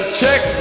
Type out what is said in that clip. check